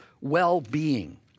well-being